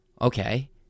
okay